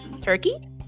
Turkey